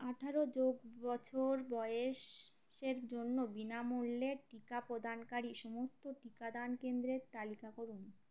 আঠারো যোগ বছর বয়েসের জন্য বিনামূল্যে টিকা প্রদানকারী সমস্ত টিকাদান কেন্দ্রের তালিকা করুন